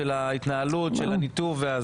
של ההתנהלות והניתוב.